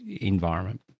environment